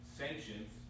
sanctions